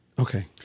Okay